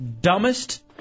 dumbest